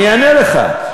אני אענה לך,